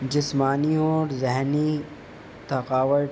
جسمانی اور ذہنی تھکاوٹ